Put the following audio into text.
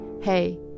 hey